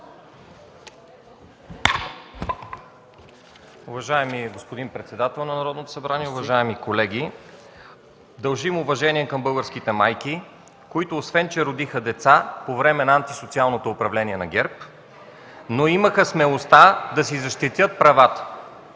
Уважаеми господин председател на Народното събрание, уважаеми колеги! Дължим уважение към българските майки, които освен че родиха деца по време на антисоциалното управление на ГЕРБ, но имаха смелостта да си защитят правата,